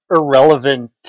irrelevant